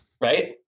Right